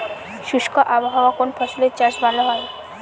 শুষ্ক আবহাওয়ায় কোন ফসলের চাষ ভালো হয়?